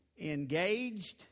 engaged